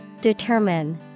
Determine